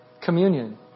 communion